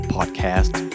Podcast